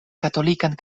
katolikan